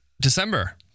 December